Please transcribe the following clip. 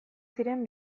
ziren